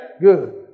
Good